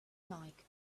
like